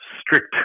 strict